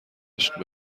عشق